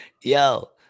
Yo